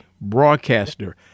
broadcaster